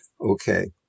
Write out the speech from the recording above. Okay